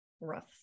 Rough